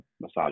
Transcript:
Massage